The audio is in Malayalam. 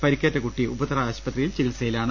പരിക്കേറ്റ കുട്ടി ഉപ്പുതറ ആശുപത്രിയിൽ ചികിത്സയിലാണ്